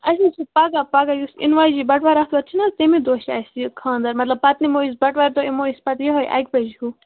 اَسہِ حظ چھِ پگاہ پگاہ یُس اِنہٕ واجیٚنۍ بَٹوار آتھوار چھِنہٕ حظ تَمی دۄہ چھِ اَسہِ یہِ خانٛدَر مطلب پَتہٕ نِمو أسی بَٹوارِ دۄہ یِمو أسۍ پَتہٕ یِہوٚے اَکہِ بَجہِ ہیوٗ